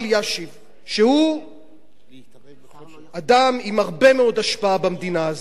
שהוא אדם עם הרבה מאוד השפעה במדינה הזאת,